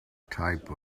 type